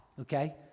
okay